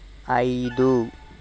ఐదు